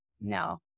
No